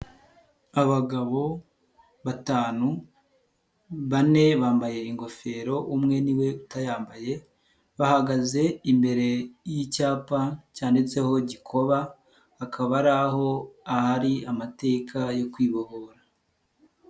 Abagabo batanu bane bambaye ingofero umwe niwe utayambaye, bahagaze imbere y'icyapa cyanditseho Gikoba, akaba ari aho ahari amateka yo kwibohora.